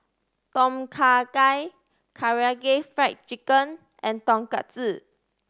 Tom Kha Gai Karaage Fried Chicken and Tonkatsu